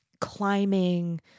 climbing